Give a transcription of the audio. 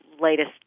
latest